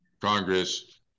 Congress